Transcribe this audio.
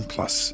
Plus